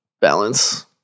Balance